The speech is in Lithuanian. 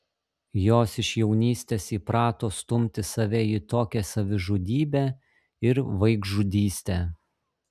jos iš jaunystės įprato stumti save į tokią savižudybę ir vaikžudystę